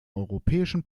europäischen